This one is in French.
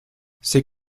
ses